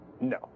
No